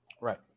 Right